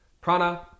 Prana